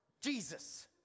Jesus